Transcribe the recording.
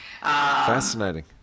fascinating